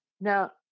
Now